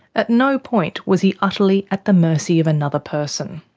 at no point was he utterly at the mercy of another person.